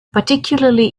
particularly